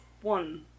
one